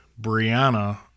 Brianna